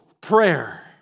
prayer